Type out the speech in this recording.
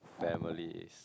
family is